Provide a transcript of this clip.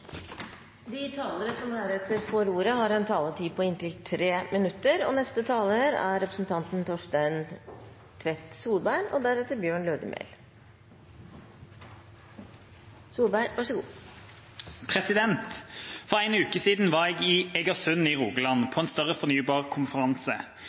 De talere som heretter får ordet, har en taletid på inntil 3 minutter. For en uke siden var jeg i Egersund i Rogaland